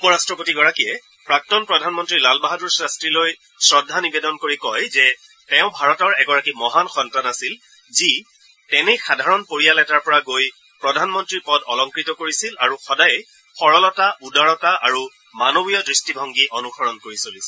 উপৰাট্টপতিগৰাকীয়ে প্ৰাক্তন প্ৰধানমন্ত্ৰী লালবাহাদুৰ শাস্ত্ৰীলৈ শ্ৰদ্ধা নিৱেদন কৰি কয় তেওঁ ভাৰতৰ এগৰাকী মহান সন্তান আছিল যি তেনেই সাধাৰণ পৰিয়াল এটাৰ পৰা গৈ প্ৰধানমন্ত্ৰীৰ পদ অলংকৃত কৰিছিল আৰু সদায় সৰলতা উদাৰতা আৰু মানৱীয় দৃষ্টিভংগী অনুসৰণ কৰি চলিছিল